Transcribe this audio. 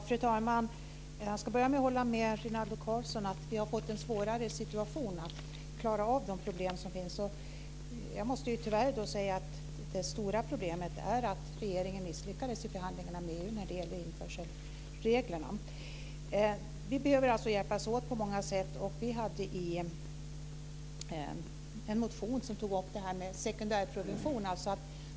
Fru talman! Jag håller med Rinaldo Karlsson om att situationen är svårare och att vi har fått det svårare att klara av de problem som finns. Det stora problemet är att regeringen misslyckades i förhandlingarna med EU om införselreglerna. Vi behöver alltså hjälpas åt på olika sätt. Vi i Folkpartiet har en motion där vi tar upp detta med sekundärprevention.